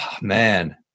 man